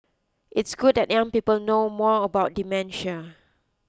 it's good that young people know more about dementia